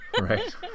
Right